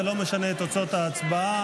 זה לא משנה את תוצאות ההצבעה.